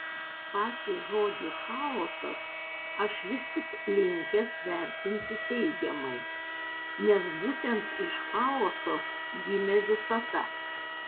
patį žodį chaosas aš vis tik linkęs vertinti teigiamai nes būtent iš chaoso gimė visata